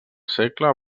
segle